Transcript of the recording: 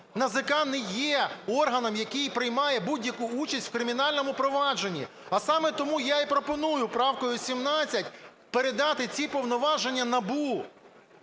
НАЗК не є органом, який приймає будь-яку участь у кримінальному провадженні. А саме тому я і пропоную правкою 17 передати ці повноваження НАБУ,